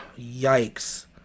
Yikes